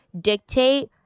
dictate